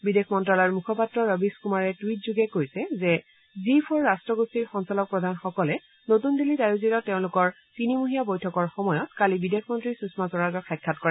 বিদেশ মন্ত্যালয়ৰ মুখপাত্ৰ ৰবীশ কুমাৰে টুইটযোগে কৈছে যে জি ফৰ ৰট্টগোষ্ঠীৰ সঞ্চালকপ্ৰধানসকলে নতুন দিল্লীত আয়োজিত তেওঁলোকৰ তিনিমহীয়া বৈঠকৰ সময়ত কালি বিদেশ মন্ত্ৰী সুষমা স্বৰাজক সাক্ষাৎ কৰে